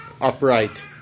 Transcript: upright